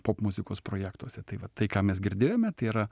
popmuzikos projektuose tai va tai ką mes girdėjome tai yra